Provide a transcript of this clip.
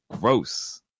gross